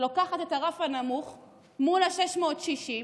לוקחת את הרף הנמוך מול 660,